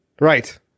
right